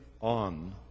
on